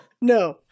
no